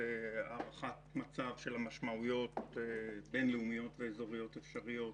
הערכת מצב של המשמעויות הבין-לאומיות והאזוריות האפשריות